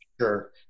sure